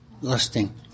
lusting